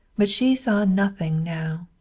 but she saw nothing now.